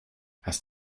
hast